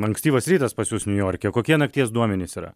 ankstyvas rytas pas jus niujorke kokie nakties duomenys yra